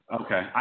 Okay